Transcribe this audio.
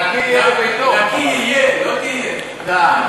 נקי יהיה לביתו, נקי יהיה לביתו.